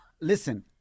Listen